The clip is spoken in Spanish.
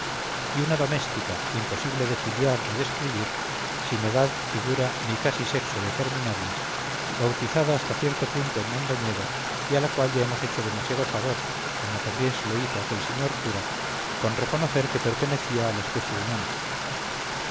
y una doméstica imposible de filiar o describir sin edad figura ni casi sexo determinables bautizada hasta cierto punto en mondoñedo y a la cual ya hemos hecho demasiado favor como también se lo hizo aquel señor cura con reconocer que pertenecía a la especie humana